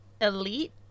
elite